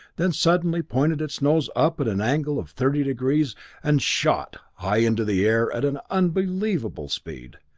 then suddenly pointed its nose up at an angle of thirty degrees and shot high into the air at an unbelievable speed.